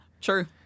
True